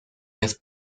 his